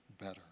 better